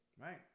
right